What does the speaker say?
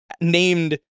named